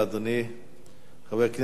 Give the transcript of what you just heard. חבר הכנסת מיכאל בן-ארי,